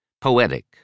Poetic